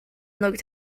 looked